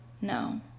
no